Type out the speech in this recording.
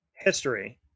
history